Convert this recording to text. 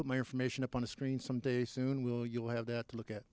put my information up on the screen some day soon will you have that look at